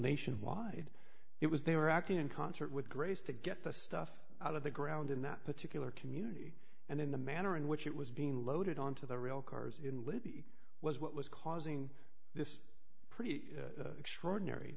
nationwide it was they were acting in concert with grace to get the stuff out of the ground in that particular community and in the manner in which it was being loaded on to the real cars in libby was what was causing a pretty extraordinary